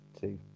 Two